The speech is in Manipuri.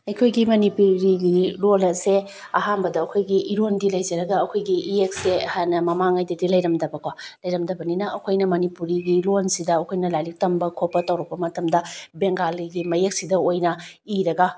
ꯑꯩꯈꯣꯏꯒꯤ ꯃꯅꯤꯄꯨꯔꯒꯤ ꯂꯣꯜ ꯑꯁꯦ ꯑꯍꯥꯟꯕꯗ ꯑꯩꯈꯣꯏꯒꯤ ꯏꯔꯣꯜꯗꯤ ꯂꯩꯖꯔꯒ ꯑꯩꯈꯣꯏꯒꯤ ꯏꯌꯦꯛꯁꯦ ꯍꯥꯟꯅ ꯃꯃꯥꯡꯉꯩꯗꯗꯤ ꯂꯩꯔꯝꯗꯕ ꯀꯣ ꯂꯩꯔꯝꯗꯕꯅꯤꯅ ꯑꯩꯈꯣꯏꯅ ꯃꯅꯤꯄꯨꯔꯤꯒꯤ ꯂꯣꯟꯁꯤꯗ ꯑꯩꯈꯣꯏꯅ ꯂꯥꯏꯔꯤꯛ ꯇꯝꯕ ꯈꯣꯠꯄ ꯇꯧꯔꯛꯄ ꯃꯇꯝꯗ ꯕꯦꯡꯒꯥꯂꯤꯒꯤ ꯃꯌꯦꯛꯁꯤꯗ ꯑꯣꯏꯅ ꯏꯔꯒ